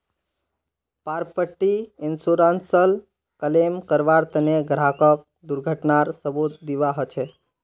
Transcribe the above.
property इन्शुरन्सत claim करबार तने ग्राहकक दुर्घटनार सबूत दीबा ह छेक